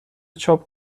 چاپ